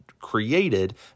created